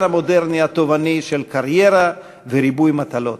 המודרני התובעני של קריירה וריבוי מטלות.